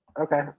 Okay